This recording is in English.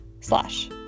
slash